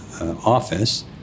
office